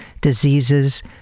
diseases